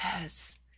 Yes